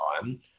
time